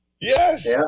yes